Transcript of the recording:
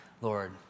Lord